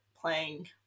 playing